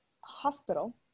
hospital